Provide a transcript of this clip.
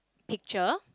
picture